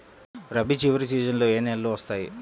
రబీ చివరి సీజన్లో ఏ నెలలు వస్తాయి?